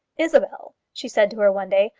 isabel, she said to her one day,